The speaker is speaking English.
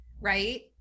right